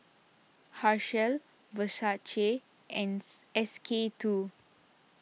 Herschel Versace ants S K two